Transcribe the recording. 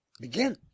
Begin